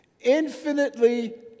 infinitely